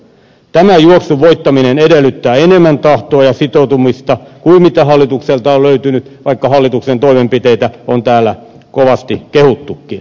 tämän juoksun voittaminen edellyttää enemmän tahtoa ja sitoutumista kuin mitä hallitukselta on löytynyt vaikka hallituksen toimenpiteitä on täällä kovasti kehuttukin